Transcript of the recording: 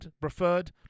preferred